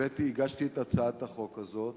הגשתי את הצעת החוק הזו.